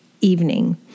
evening